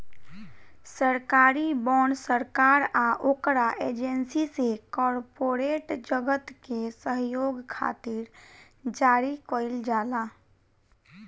सरकारी बॉन्ड सरकार आ ओकरा एजेंसी से कॉरपोरेट जगत के सहयोग खातिर जारी कईल जाला